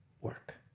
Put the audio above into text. work